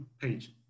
page